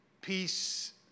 peace